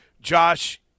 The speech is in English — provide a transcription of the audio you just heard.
Josh